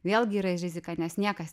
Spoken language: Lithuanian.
vėlgi yra rizika nes niekas